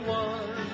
one